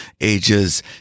ages